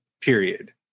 period